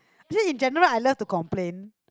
is it in general I love to complain